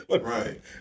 right